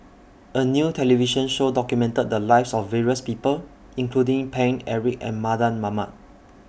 A New television Show documented The Lives of various People including Paine Eric and Mardan Mamat